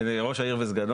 לצורך העניין ראש העיר וסגנו,